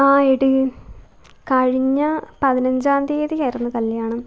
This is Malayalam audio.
ആ എടീ കഴിഞ്ഞ പതിനഞ്ചാം തീയ്യതി ആയിരുന്നു കല്യാണം